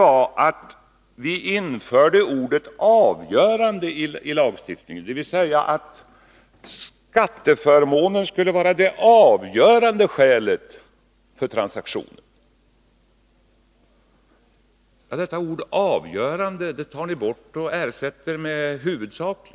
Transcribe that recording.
För det andra införde vi ordet ”avgörande” i lagstiftningen, dvs. skatteförmånen skulle vara det avgörande skälet för transaktionen. Ordet avgörande tar ni bort och ersätter med huvudsaklig.